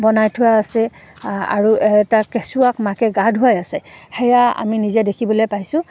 বনাই থোৱা আছে আৰু এটা কেঁচুৱাক মাকে গা ধুৱাই আছে সেয়া আমি নিজে দেখিবলৈ পাইছোঁ